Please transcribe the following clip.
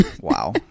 Wow